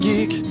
Geek